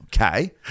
Okay